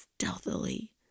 stealthily